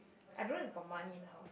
I don't know if got money in the house